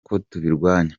kubirwanya